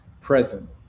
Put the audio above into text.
present